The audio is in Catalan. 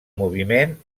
moviment